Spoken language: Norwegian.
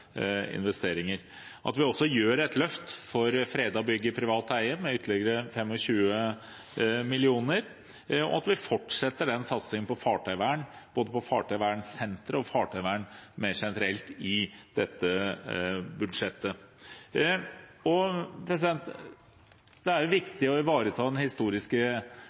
investeringer, vi gjør et løft for fredede bygg i privat eie med ytterligere 25 mill. kr, og vi fortsetter satsingen på fartøyvern, både på fartøyvernsentre og fartøyvern mer generelt, i dette budsjettet. Det er viktig å ivareta den historiske